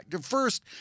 first